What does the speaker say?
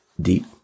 Deep